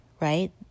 right